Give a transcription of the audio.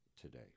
today